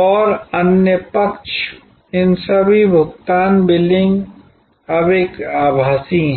और अन्य पक्ष इन सभी भुगतान बिलिंग अब एक आभासी हैं